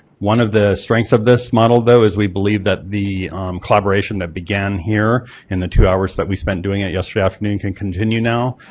one of the strengths of this model though is we believe that the collaboration that began here and the two hours that we spent doing it yesterday afternoon can continue now,